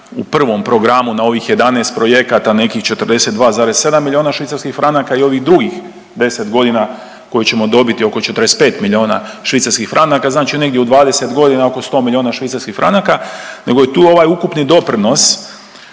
u prvom programu na ovih 11 projekata nekih 42,7 milijuna švicarskih franaka i ovih drugih 10 godina koje ćemo dobiti oko 45 milijuna švicarskih franaka, znači u 20 godina oko 100 milijuna švicarskih franaka, nego je tu ovaj ukupni doprinos